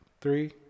Three